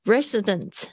Resident